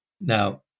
Now